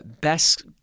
Best